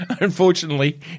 Unfortunately